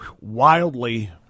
wildly